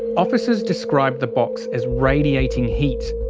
officers described the box as radiating heat.